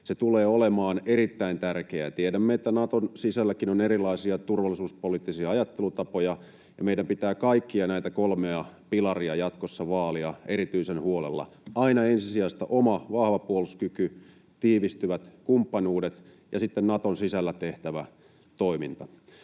Se tulee olemaan erittäin tärkeää. Tiedämme, että Naton sisälläkin on erilaisia turvallisuuspoliittisia ajattelutapoja, ja meidän pitää kaikkia näitä kolmea pilaria jatkossa vaalia erityisen huolella, aina ensisijaisesti oma vahva puolustuskyky, tiivistyvät kumppanuudet, ja sitten Naton sisällä tehtävä toiminta